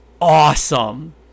awesome